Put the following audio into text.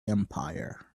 empire